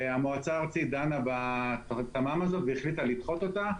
המועצה הארצית דנה בתמ"מ הזאת והחליטה לדחות אותה.